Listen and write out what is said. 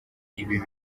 ibi